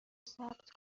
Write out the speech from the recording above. ثبت